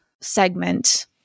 segment